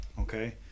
Okay